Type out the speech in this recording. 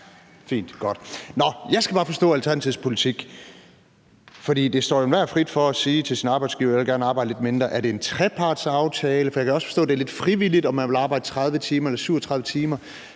Fint. Godt. Nå, jeg skal bare forstå Alternativets politik, for det står jo enhver frit for at sige til sin arbejdsgiver: Jeg vil gerne arbejde lidt mindre. Er det en trepartsaftale? For jeg kan også forstå, at det er lidt frivilligt, om man vil arbejde 30 timer eller 37 timer.